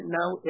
now